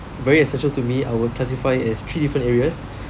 very essential to me I would classify as three different areas